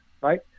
right